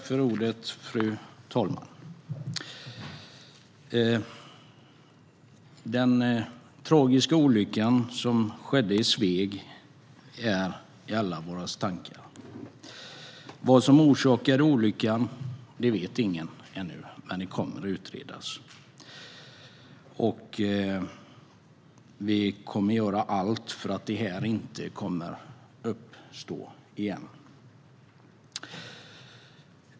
Fru talman! Den tragiska olycka som skedde i Sveg är i allas våra tankar. Vad som orsakade olyckan vet ingen ännu, men det kommer att utredas. Vi kommer att göra allt för att detta inte ska hända igen.